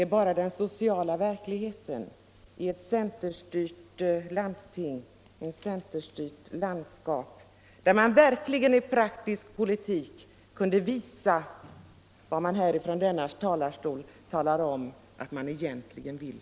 Det är den sociala verkligheten i ett centerstyrt landsting i ett centerstyrt landskap, där man i praktisk politik kunde visa vad man här från denna talarstol talar om att man egentligen vill.